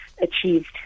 achieved